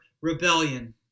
rebellion